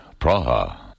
Praha